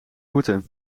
boete